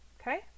Okay